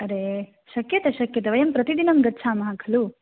अरे शक्यते शक्यते वयं प्रतिदिनं गच्छामः खलु